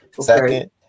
Second